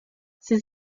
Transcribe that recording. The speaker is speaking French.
ses